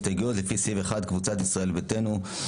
לפי סעיף 1, קבוצת ישראל ביתנו.